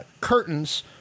curtains